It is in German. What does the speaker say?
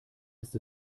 ist